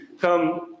come